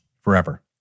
forever